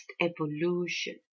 evolution